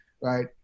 right